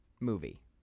movie